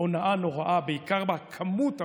הונאה נוראה, בעיקר בכמות הבלתי-נשלטת.